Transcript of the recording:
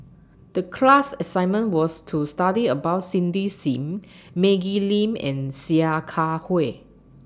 The class assignment was to study about Cindy SIM Maggie Lim and Sia Kah Hui